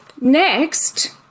Next